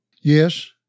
Yes